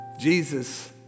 Jesus